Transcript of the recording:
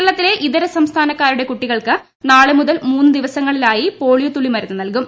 കേരളത്തിലെ ഇതര സംസ്ഥാനക്കാരുടെ കുട്ടികൾക്ക് നാളെ മുതൽ മൂന്നു ദിവസങ്ങളിലായി പോളിയോ തുളളിമരുന്ന് നൽകും